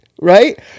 right